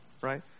right